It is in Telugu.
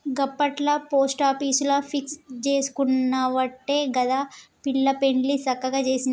గప్పట్ల పోస్టాపీసుల ఫిక్స్ జేసుకునవట్టే గదా పిల్ల పెండ్లి సక్కగ జేసిన